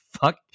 fuck